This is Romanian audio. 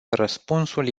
răspunsul